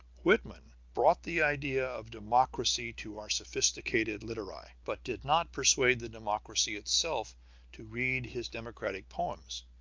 whitman brought the idea of democracy to our sophisticated literati, but did not persuade the democracy itself to read his democratic poems.